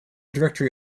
directory